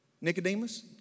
Nicodemus